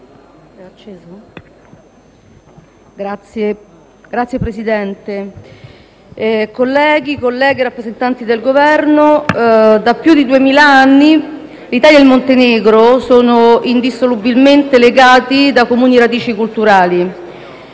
Signor Presidente, colleghe, colleghi, rappresentanti del Governo, da più di duemila anni l'Italia e il Montenegro sono indissolubilmente legati da comuni radici culturali.